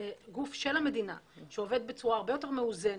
גוף של המדינה שעובד בצורה הרבה יותר מאוזנת,